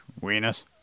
weenus